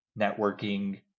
networking